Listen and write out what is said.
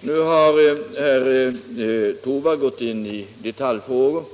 Nu har herr Torwald gått in i detaljfrågor.